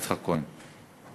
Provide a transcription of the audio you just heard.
3332,